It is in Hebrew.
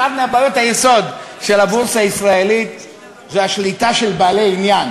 אחת מבעיות היסוד של הבורסה הישראלית זה השליטה של בעלי עניין,